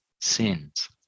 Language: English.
sins